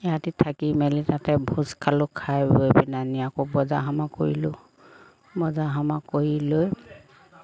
এৰাতি থাকি মেলি তাতে ভোজ খালোঁ খাই বৈ পিনাইনি আকৌ বজাৰ সমাৰ কৰিলোঁ বজাৰ সমাৰ কৰি লৈ